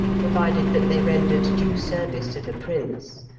provided that they rendered due service to the prince.